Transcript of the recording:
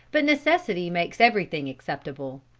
but necessity makes everything acceptable.